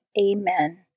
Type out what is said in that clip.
Amen